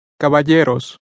Caballeros